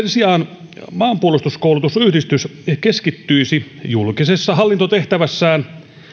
sijaan maanpuolustuskoulutusyhdistys keskittyisi julkisessa hallintotehtävässään